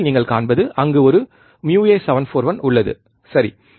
திரையில் நீங்கள் காண்பது அங்கு ஒரு uA741 உள்ளது சரி